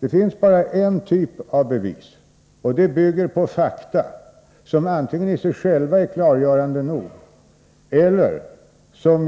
Det finns bara en typ av bevis, och de bygger på fakta, som antingen i sig själva är klargörande nog eller